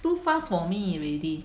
too fast for me already